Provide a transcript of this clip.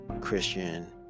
Christian